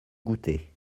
goûter